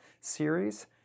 series